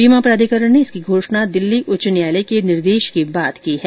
बीमा प्राधिकरण ने इसकी घोषणा दिल्ली उच्च न्यायालय के निर्देश के बाद की है